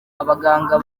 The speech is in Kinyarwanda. abaganga